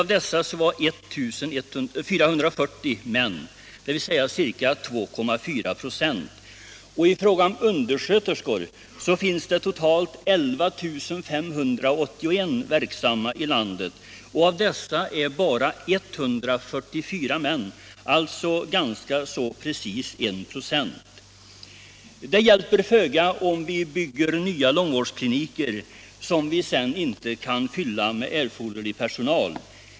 Av dessa var 1 440 män, dvs. ca 2,4 26. Det finns vidare totalt 11 581 verksamma undersköterskor i landet, och av dessa är bara 144 män, alltså omkring 1 96. Det hjälper föga om vi bygger nya långvårdskliniker, som vi sedan inte kan fylla med erforderlig personal.